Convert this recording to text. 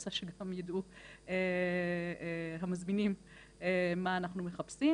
רוצה שכל המזמינים ידעו מה אנחנו מחפשים.